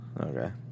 Okay